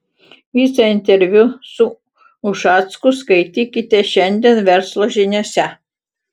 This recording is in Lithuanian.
visą interviu su ušacku skaitykite šiandien verslo žiniose